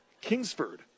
Kingsford